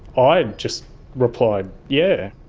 i just replied, yeah.